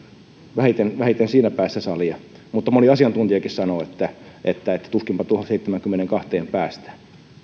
vähiten vähiten siinä päässä salia ja moni asiantuntijakin sanoi että tuskinpa tuohon seitsemäänkymmeneenkahteen päästään